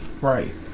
Right